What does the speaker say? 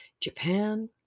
Japan